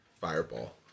fireball